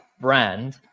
brand